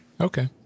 Okay